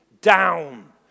down